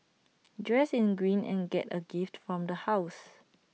dress in green and get A gift from the house